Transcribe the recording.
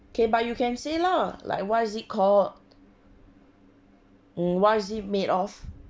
okay but you can say lah like what is it called what is it made of